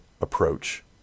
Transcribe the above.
approach